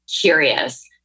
curious